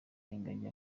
ingagi